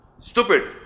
Stupid